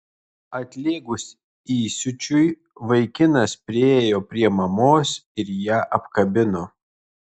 atlėgus įsiūčiui vaikinas priėjo prie mamos ir ją apkabino